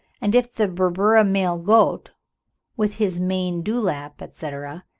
and if the berbura male-goat with his mane, dewlap, etc,